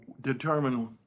determine